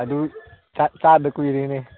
ꯑꯗꯨ ꯆꯥꯗ ꯀꯨꯏꯔꯦꯅꯦ